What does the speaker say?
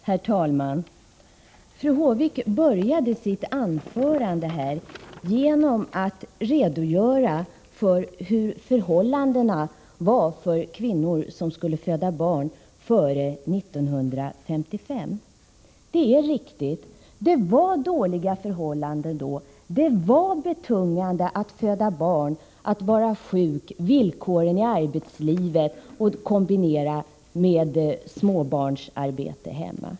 Herr talman! Fru Håvik började sitt anförande med att redogöra för hur förhållandena var för kvinnor som födde barn före 1955. Det är riktigt att det var dåliga förhållanden då. Det var betungande att föda barn, att vara sjuk och att kombinera villkoren i arbetslivet med småbarnsarbete hemma.